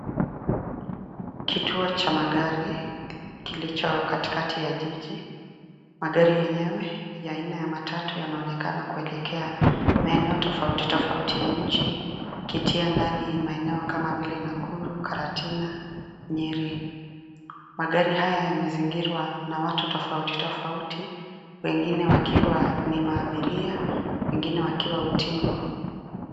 Kituo cha magari, kilicho katikati ya jiji. Magari yenyewe ya aina ya matatu, yanaonekana kuelekea maeneo tofauti tofauti ya nchi, ikitia ndani maeneo kama vile: Nakuru, Karatina, Nyeri. Magari haya yamezingirwa na watu tofauti tofauti, wengine wakiwa ni maabiria, wengine wakiwa utingo.